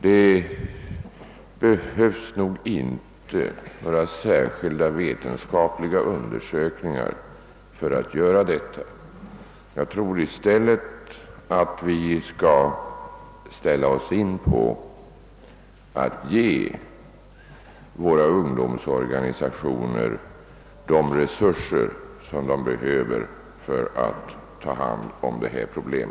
Det behövs nog inte några särskilda vetenskapliga undersökningar för att göra detta. Vi skall i stället inställa oss på att ge våra ungdomsorganisationer de resurser som de behöver för att ta hand om detta problem.